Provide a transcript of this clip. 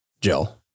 Jill